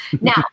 Now